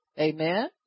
amen